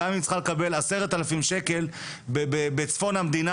גם היא צריכה לקבל 10,000 שקל בצפון המדינה,